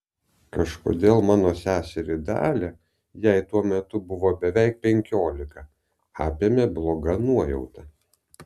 kažkodėl mano seserį dalią jai tuo metu buvo beveik penkiolika apėmė bloga nuojauta